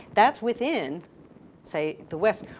that's within say the wes,